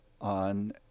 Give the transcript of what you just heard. on